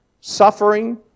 suffering